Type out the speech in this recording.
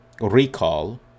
recall